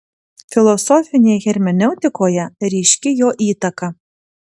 filosofinėje hermeneutikoje ryški jo įtaka